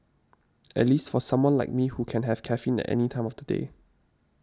at least for someone like me who can have caffeine at any time of the day